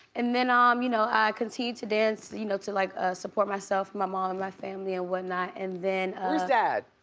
and then, um you know i continued to dance, you know to like ah support myself and my mom and my family and what not and then where's dad?